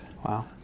Wow